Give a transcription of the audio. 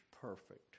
perfect